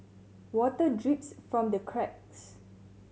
water drips from the cracks